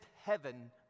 heaven